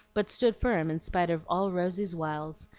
but stood firm in spite of all rosy's wiles,